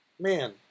man